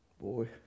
Boy